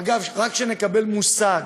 אגב, רק שנקבל מושג,